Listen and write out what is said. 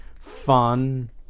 fun